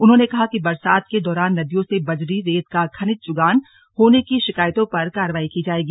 उन्होंने कहा कि बरसात के दौरान नदियों से बजरी रेत का खनिज चुगान होने की शिकायतों पर कार्रवाई की जाएगी